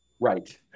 right